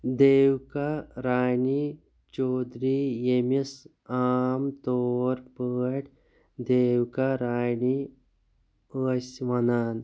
دیوکا رانی چودھری ییٚمِس عام طور پٲٹھۍ دیوکا رانی ٲسۍ وَنان